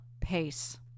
pace